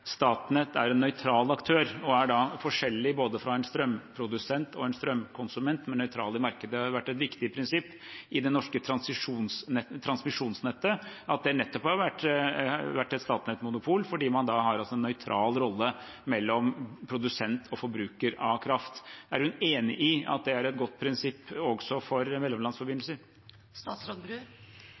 Statnett er en nøytral aktør og er da forskjellig både fra en strømprodusent og en strømkonsument – nøytral i markedet. Det har vært et viktig prinsipp i det norske transmisjonsnettet at det nettopp har vært et Statnett-monopol, fordi man da har en nøytral rolle mellom produsent og forbruker av kraft. Er hun enig i at det er et godt prinsipp også for mellomlandsforbindelser?